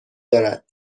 دارد